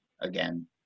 again